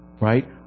right